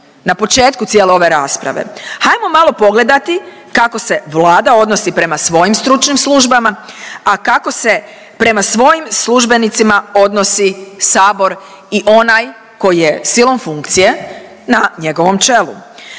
na početku cijele ove rasprave, hajmo malo pogledati kako se Vlada odnosi prema svojim stručnim službama, a kako se prema svojim službenicima odnosi sabor i onaj koji je silom funkcije na njegovom čelu.